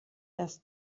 erst